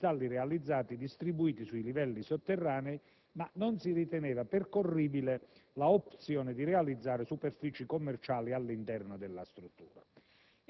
degli stalli realizzati, distribuiti su due livelli sotterranei. Non è stata ritenuta percorribile l'opzione di realizzare superfici commerciali all'interno della struttura,